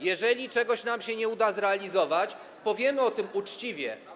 Jeżeli czegoś nam się nie uda zrealizować, powiemy o tym uczciwie.